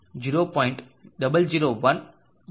001 0